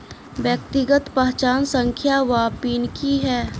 व्यक्तिगत पहचान संख्या वा पिन की है?